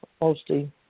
mostly